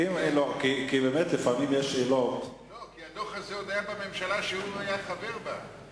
כי הדוח הזה עוד היה בממשלה שהוא היה חבר בה.